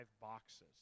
boxes